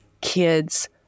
kids